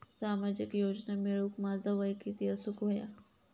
सामाजिक योजना मिळवूक माझा वय किती असूक व्हया?